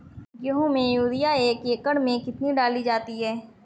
गेहूँ में यूरिया एक एकड़ में कितनी डाली जाती है?